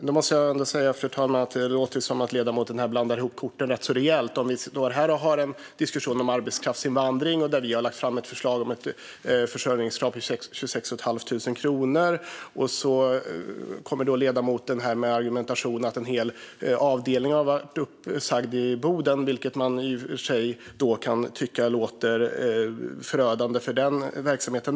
Fru talman! Det låter som om ledamoten blandar ihop korten rejält. Vi har här en diskussion om arbetskraftsinvandring, och vi har lagt fram ett förslag om ett försörjningskrav på 26 500 kronor. Sedan kommer ledamoten med argument om att en hel avdelning blivit uppsagd i Boden, vilket man i och för sig kan tycka låter förödande för denna verksamhet.